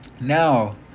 Now